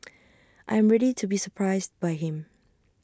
I am ready to be surprised by him